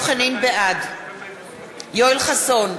בעד יואל חסון,